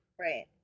right